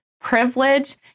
privilege